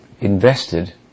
invested